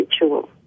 ritual